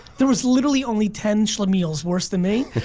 there was literally only ten schlemiels worse than me.